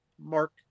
Mark